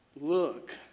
Look